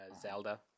Zelda